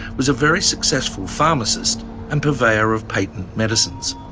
was a very successful pharmacist and purveyor of patent medicines.